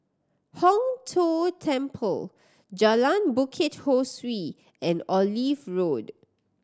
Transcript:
Hong Tho Temple Jalan Bukit Ho Swee and Olive Road